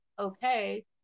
Okay